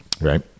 right